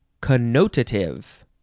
connotative